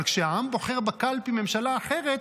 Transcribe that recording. אבל כשהעם בוחר בקלפי ממשלה אחרת,